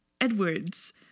Edwards